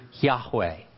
Yahweh